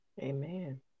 Amen